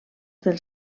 dels